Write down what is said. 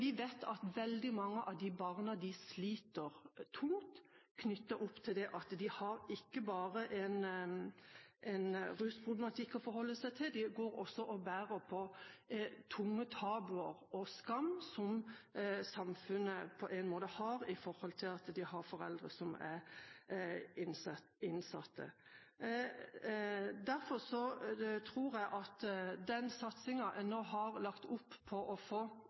vi vet at veldig mange av barna deres sliter tungt med at de ikke bare har en rusproblematikk å forholde seg til, de går også og bærer på tunge tabuer og skam, som de på en måte har for at de har foreldre som er innsatt. Derfor tror jeg at den satsingen en nå har lagt opp til for å få